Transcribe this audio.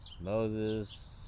Moses